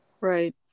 right